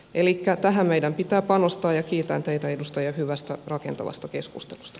elikkä tähän meidän pitää panostaa ja kiitän teitä edustajat hyvästä rakentavasta keskustelusta